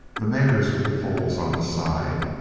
the mares with the foals on the side,